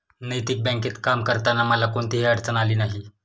नैतिक बँकेत काम करताना मला कोणतीही अडचण आली नाही